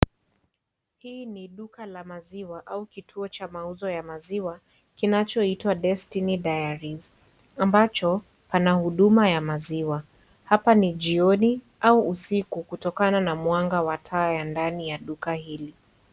Hii ni duka la maziwa au kituo cha mauzo ya maziwa kinacho itwa Destiny Diaries ambacho pana huduma ya maziwa hapa ni jioni au usiku kutokana na mwanga wa taa ya ndani ya duka hili.